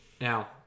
Now